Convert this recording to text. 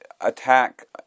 attack